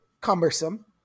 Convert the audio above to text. cumbersome